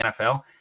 NFL